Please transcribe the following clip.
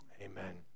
Amen